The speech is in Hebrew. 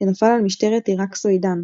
שנפל על משטרת עיראק סואידן.